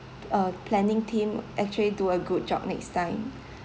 uh planning team actually do a good job next time